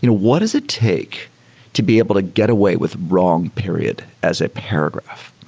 you know what does it take to be able to get away with wrong period as a paragraph?